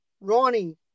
Ronnie